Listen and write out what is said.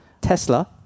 Tesla